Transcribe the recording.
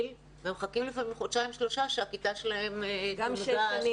ומחכים לפעמים חודשיים-שלושה שהכיתה שלהם תונגש.